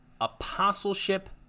apostleship